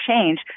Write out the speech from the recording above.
change